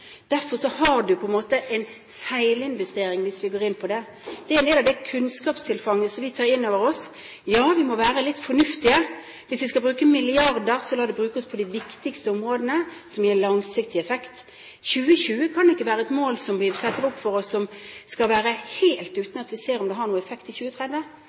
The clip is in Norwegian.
Derfor har du på en måte en feilinvestering, hvis vi går inn på det. Det er en del av det kunnskapstilfanget som vi tar inn over oss. Ja, vi må være litt fornuftige. Hvis vi skal bruke milliarder, så la dem bli brukt på de viktigste områdene som gir langsiktig effekt. 2020 kan ikke være et mål som vi setter opp for oss helt uten å se på om det har noen effekt i 2030.